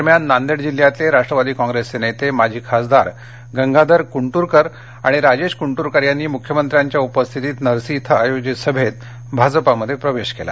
दरम्यान नांदेड जिल्ह्यातले राष्ट्रवादी काँग्रेसचे नेते माजी खासदार गंगाधर कुंटुरकर आणि राजेश कुंटुरकर यांनी मुख्यमंत्र्यांच्या उपस्थितीत नरसी धिं आयोजित सभेत भाजपमध्ये प्रवेश केला